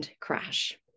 crash